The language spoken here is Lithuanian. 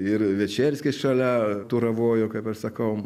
ir večerskis šalia tūravojo kaip aš sakau